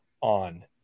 on